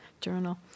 Journal